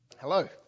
Hello